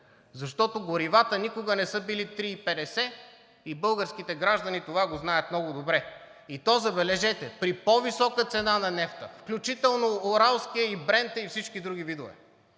защото горивата никога не са били 3,50 и българските граждани това го знаят много добре. И то, забележете, при по-висока цена на нефта, включително уралския, и Брент, и всички други видове.